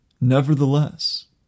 Nevertheless